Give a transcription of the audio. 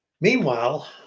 meanwhile